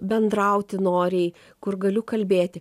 bendrauti noriai kur galiu kalbėti